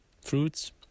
fruits